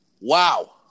Wow